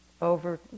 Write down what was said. over